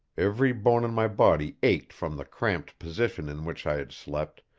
every bone in my body ached from the cramped position in which i had slept,